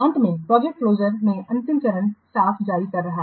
अंत में project closure में अंतिम चरण स्टाफ जारी कर रहा है